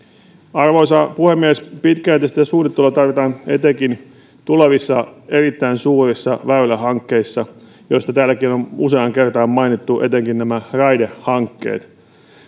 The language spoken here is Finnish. arvoisa puhemies pitkäjänteistä suunnittelua tarvitaan etenkin tulevissa erittäin suurissa väylähankkeissa joista täälläkin on on useaan kertaan mainittu etenkin nämä raidehankkeet